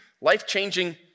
life-changing